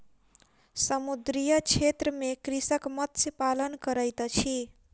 समुद्रीय क्षेत्र में कृषक मत्स्य पालन करैत अछि